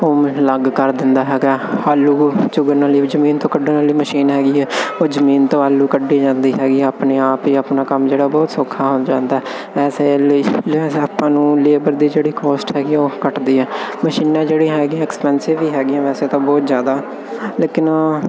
home made ਅਲੱਗ ਕਰ ਦਿੰਦਾ ਹੈਗਾ ਹਲ ਉਹ ਚੁਗਣ ਵਾਲੀ ਜ਼ਮੀਨ ਤੋਂ ਕੱਢਣ ਵਾਲੀ ਮਸ਼ੀਨ ਹੈਗੀ ਹੈ ਉਹ ਜ਼ਮੀਨ ਤੋਂ ਆਲੂ ਕੱਢੀ ਜਾਂਦੀ ਹੈਗੀ ਆਪਣੇ ਆਪ ਹੀ ਆਪਣਾ ਕੰਮ ਜਿਹੜਾ ਬਹੁਤ ਸੌਖਾ ਹੋ ਜਾਂਦਾ ਐਸੇ ਲਹਿਜਾ ਆਪਾਂ ਨੂੰ ਲੇਬਰ ਦੀ ਜਿਹੜੀ ਕੋਸਟ ਹੈਗੀ ਆ ਉਹ ਘਟਦੀ ਆ ਮਸ਼ੀਨਾਂ ਜਿਹੜੀਆਂ ਹੈਗੀਆਂ ਐਕਸਪੇਨਸੀਵ ਵੀ ਹੈਗੀਆਂ ਵੈਸੇ ਤਾਂ ਬਹੁਤ ਜ਼ਿਆਦਾ ਲੇਕਿਨ